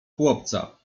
chłopca